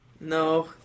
No